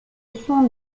sont